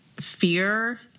fear